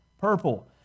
purple